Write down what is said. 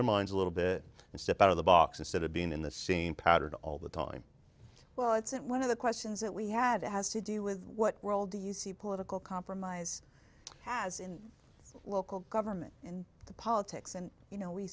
their minds a little bit and step out of the box instead of being in the same pattern all the time well it's one of the questions that we have it has to do with what role do you see political compromise has in local government and politics and you know we